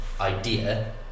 idea